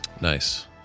Nice